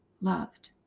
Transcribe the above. loved